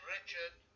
Richard